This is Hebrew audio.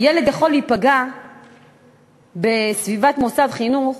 ילד יכול להיפגע בסביבת מוסד חינוך,